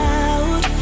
out